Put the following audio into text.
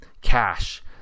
cash